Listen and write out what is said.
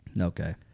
Okay